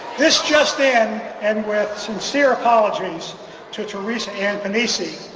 this just in and with sincere apologies to teresa ann pannesi,